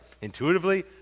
intuitively